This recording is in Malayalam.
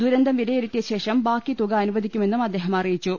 ദുരന്തം വിലയിരുത്തിയശേഷം ബാക്കി തുക അനു വദിക്കു മെന്നും അദ്ദേഹം അറിയിച്ചു